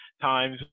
times